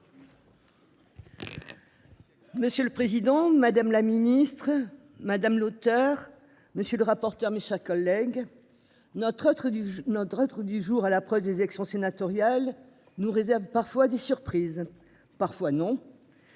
Monsieur le président, madame la ministre madame l'auteur. Monsieur le rapporteur. Mes chers collègues. Notre retrait du nôtre être du jour à l'approche des élections sénatoriales nous réserve parfois des surprises parfois non.